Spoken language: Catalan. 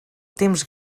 temps